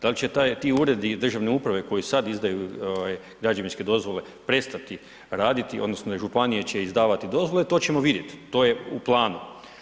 Da li će ti uredi državne uprave koji sada izdaju građevinske dozvole prestati raditi odnosno županije će izdavati dozvole, to ćemo vidjeti, to je u planu.